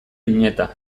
bineta